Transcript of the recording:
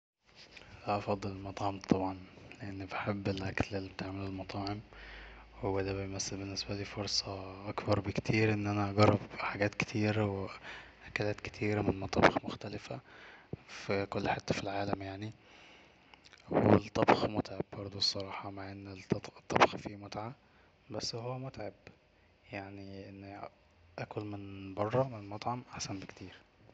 لا افضل المطعم طبعا لاني بحب الاكل اللي بتعمله المطاعم هو دا بيمثل بالنسبالي فرصة اكبر بكتير ان انا اجرب حجات كتير واكلات كتير من مطابخ مختلفة في كل حته فالعالم يعني والطبخ متعب برضو الصراحة مع ان الطبخ الطبخ فيه متعة بس هو متعب يعني انا اكل من بره من مطعم احسن بكتير